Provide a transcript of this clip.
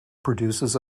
produces